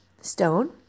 stone